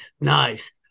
Nice